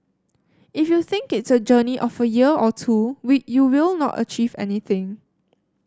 if you think it's a journey of a year or two we you will not achieve anything